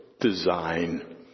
design